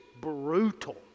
brutal